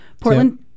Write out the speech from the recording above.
Portland